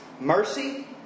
mercy